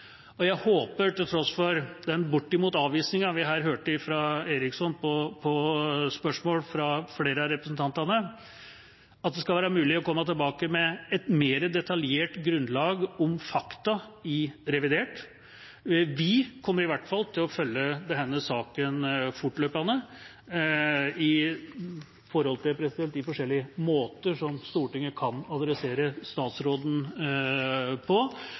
Jeg håper, til tross for den avvisningen, bortimot, vi hørte fra Eriksson på spørsmål fra flere av representantene, at det skal være mulig å komme tilbake med et mer detaljert grunnlag om fakta i revidert. Vi kommer i hvert fall til å følge denne saken fortløpende på de forskjellige måter som Stortinget kan adressere statsråden på,